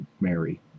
Mary